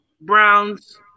Browns